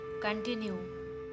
continue